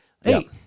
Hey